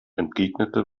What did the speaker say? entgegnete